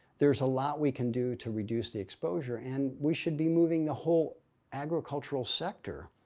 there's a lot we can do to reduce the exposure and we should be moving the whole agricultural sector.